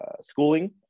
schooling